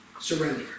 Surrender